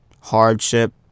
hardship